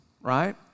right